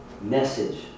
message